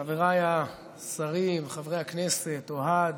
חבריי השרים, חברי הכנסת, אוהד,